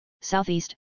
Southeast